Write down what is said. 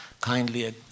kindly